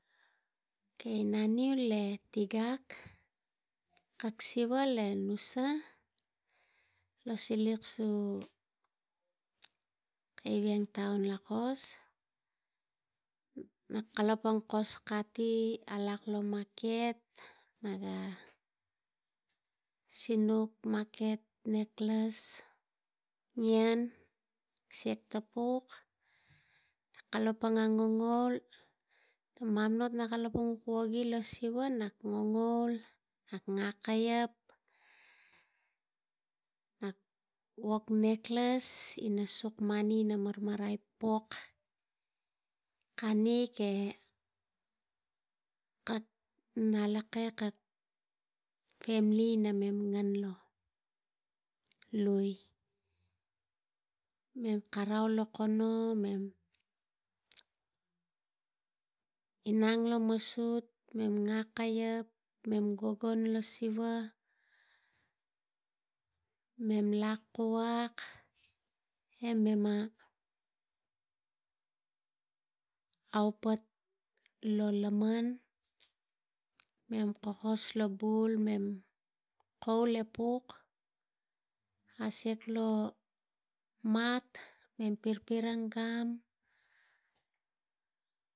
Okay, naniu le tigak, e kak siva e nusa lo siliak su keviang taun, kos nak kalapang kos kati alak lo maket, nak sinuk nak salim mamana ot palang nekles, ien, siak tapuk, a kalapang ina ngongaul tang mamana ot nak kalapang wogi lo siva nak ngongaul, nak nga kaiep nak wog nekles ina suk mani ina marmarai pok kanik e kak lakek, kak femili e mem ngen lo lui, mem karau lo kono e mem inang lo masut mem ga kaiep, mem gogon lo siva, mem lak kuvak, e mem ma aupet lo lamen, mem kokos bul, e mem kaul e puk a siak lo mak e mem kirang gam